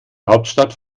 hauptstadt